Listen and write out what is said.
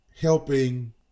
helping